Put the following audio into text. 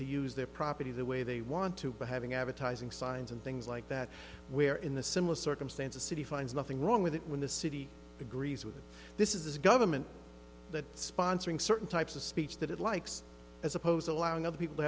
to use their property the way they want to by having advertising signs and things like that where in the similar circumstance of city finds nothing wrong with it when the city agrees with this is a government that sponsoring certain types of speech that it likes as opposed to allowing other people